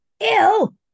ew